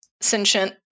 sentient